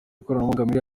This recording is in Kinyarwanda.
ikoranabuhanga